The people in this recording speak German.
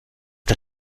der